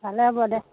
ভালে হ'ব দে